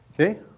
Okay